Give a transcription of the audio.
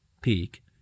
peak